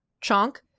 Chunk